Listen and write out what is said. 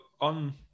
on